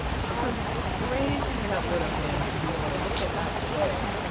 how crazy that would've been, to be able to look at that today,